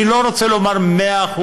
אני לא רוצה לומר 100%,